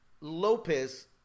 Lopez